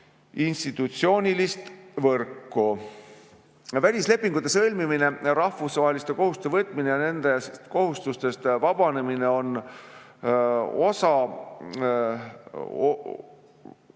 institutsioonilist võrku. Välislepingute sõlmimine, rahvusvaheliste kohustuste võtmine ja nendest kohustustest vabanemine on